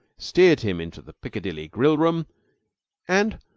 steered him into the piccadilly grill-room and,